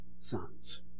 sons